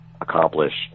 accomplished